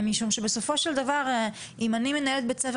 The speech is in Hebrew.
משום בסופו של דבר אם אני מנהלת בית ספר